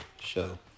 show